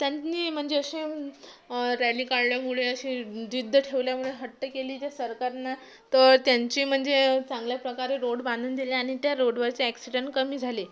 त्यांनी म्हणजे अशी रॅली काढल्यामुळे अशी जिद्द ठेवल्यामुळं हट्ट केली जे सरकारनं तर त्यांची म्हणजे चांगल्याप्रकारे रोड बांधून दिले आणि त्या रोडवरचे ॲक्सिडेंट कमी झाले